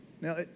Now